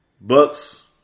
Bucks